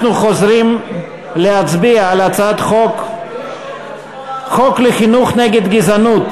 אנחנו חוזרים להצביע על הצעת חוק לחינוך נגד גזענות,